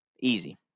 Easy